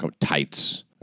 Tights